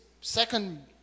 second